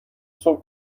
صبح